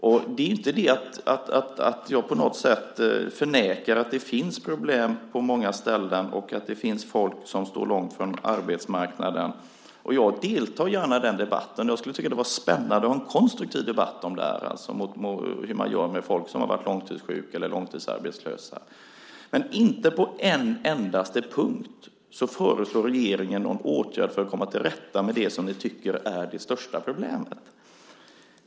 Jag vill inte på något sätt förneka att det finns problem på många ställen och att det finns folk som står långt från arbetsmarknaden. Jag deltar gärna i den debatten. Jag tycker att det skulle vara spännande att ha en konstruktiv debatt om hur man gör med folk som har varit långtidssjuka eller långtidsarbetslösa. Inte på en endaste punkt föreslår dock regeringen någon åtgärd för att komma till rätta med det som ni tycker är det största problemet.